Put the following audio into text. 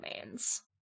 domains